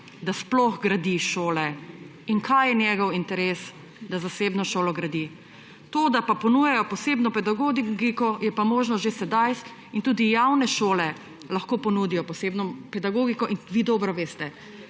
da sploh gradi šole, in kaj je njegov interes, da gradi zasebno šolo. To, da ponujajo posebno pedagogiko, je pa možnost že sedaj, in tudi javne šole lahko ponudijo posebno pedagogiko in to vi dobro veste.